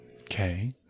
Okay